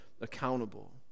accountable